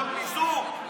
אני אראה לך את הפיזור.